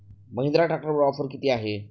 महिंद्रा ट्रॅक्टरवर ऑफर किती आहे?